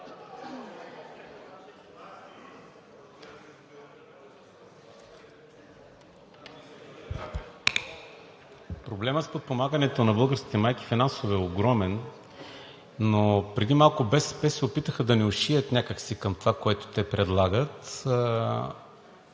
проблем с подпомагането на българските майки е огромен, но преди малко БСП се опитаха да ни пришият някак си към това, което те предлагат.